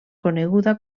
coneguda